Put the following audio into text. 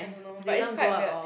I don't know but it's quite weird